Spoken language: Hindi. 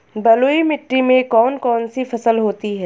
बलुई मिट्टी में कौन कौन सी फसल होती हैं?